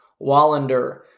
Wallander